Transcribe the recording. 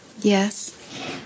Yes